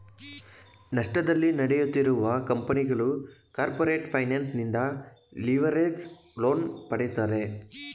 ನಷ್ಟದಲ್ಲಿ ನಡೆಯುತ್ತಿರುವ ಕಂಪನಿಗಳು ಕಾರ್ಪೊರೇಟ್ ಫೈನಾನ್ಸ್ ನಿಂದ ಲಿವರೇಜ್ಡ್ ಲೋನ್ ಪಡೆಯುತ್ತಾರೆ